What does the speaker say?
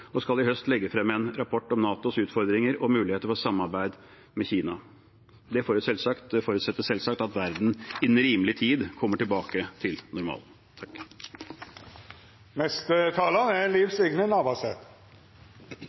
og skal i høst legge frem en rapport om NATOs utfordringer og muligheter for samarbeid med Kina. Det forutsetter selvsagt at verden innen rimelig tid kommer tilbake til normalen. Eg vil fyrst takke utanriksministeren for ei god og svært fyldig utgreiing om utanrikspolitiske område som er